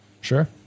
Sure